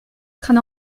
train